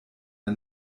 der